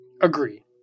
Agree